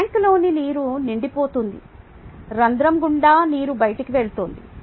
ట్యాంక్లోకి నీరు నిండిపోతోంది రంధ్రం గుండా నీరు బయటకు వెళ్తోంది